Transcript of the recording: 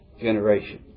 generation